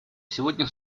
сегодня